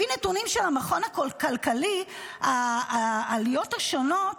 לפי נתונים של המכון הכלכלי, העליות השונות